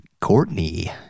Courtney